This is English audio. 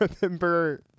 remember